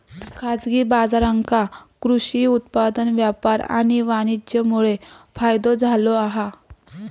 खाजगी बाजारांका कृषि उत्पादन व्यापार आणि वाणीज्यमुळे फायदो झालो हा